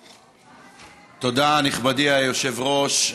תודה, נכבדי היושב-ראש.